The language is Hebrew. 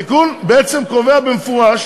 התיקון בעצם קובע במפורש